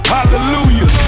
Hallelujah